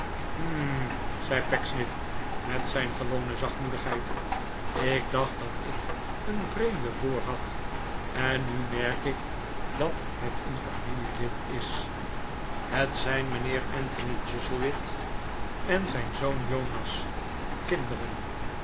zei pecksniff met zijn gewone zachtmoedigheid ik dacht dat ik een vreemde voorhad en nu merk ik dat het een familielid is het zijn mijnheer anthony chuzzlewit en zijn zoon jonas kinderen